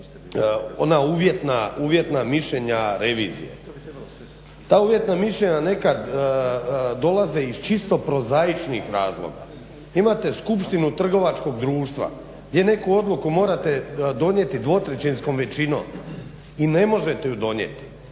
ona uvjetna mišljenja revizije. Ta uvjetna mišljenja nekad dolaze iz čisto prozaičnih razloga, imate skupštinu trgovačkog društva gdje neku odluku morate donijeti dvotrećinskom većinom i ne možete ju donijeti.